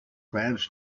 plans